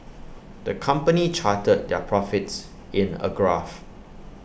the company charted their profits in A graph